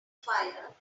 fire